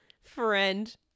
Friend